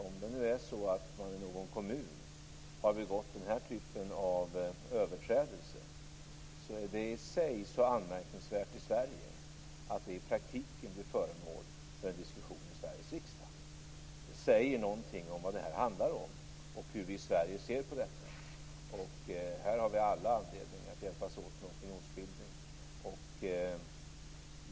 Om det nu är så att man i någon kommun har begått den här typen av överträdelse är det i sig så anmärkningsvärt i Sverige att det i praktiken blir föremål för en diskussion i Sveriges riksdag. Det säger någonting om vad detta handlar om och om hur vi i Sverige ser på detta. Här har vi alla anledning att hjälpas åt med opinionsbildning.